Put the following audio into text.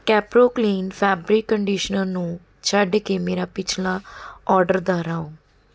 ਕੈਪਰੋ clean fabric conditioner ਨੂੰ ਛੱਡ ਕੇ ਮੇਰਾ ਪਿਛਲਾ ਔਰਡਰ ਦੁਹਰਾਓ